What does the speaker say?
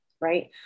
right